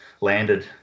landed